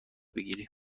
بگیری